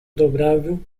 dobrável